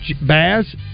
Baz